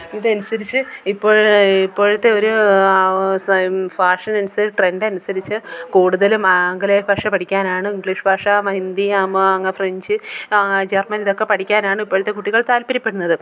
ഇതനുസരിച്ച് ഇപ്പോൾ ഇപ്പോഴത്തെ ഒരു സ് ഫാഷൻ അനുസരിച്ച് ട്രെൻഡ് അനുസരിച്ച് കൂടുതലും ആംഗലേയഭാഷ പഠിക്കാനാണ് ഇംഗ്ലീഷ് ഭാഷ ഹിന്ദി അമ അങ്ങനെ ഫ്രഞ്ച് ജർമ്മൻ ഇതൊക്കെ പഠിക്കാനാണ് ഇപ്പോഴത്തെ കുട്ടികൾ താത്പര്യപ്പെടുന്നത്